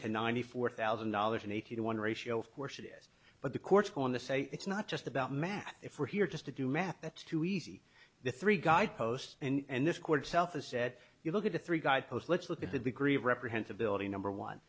to ninety four thousand dollars and eighty to one ratio of course it is but the court's going to say it's not just about math if we're here just to do math that's too easy the three guideposts and this court itself has said you look at the three guidepost let's look at the degree of reprehensive building number one